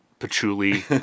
patchouli